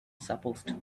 supposed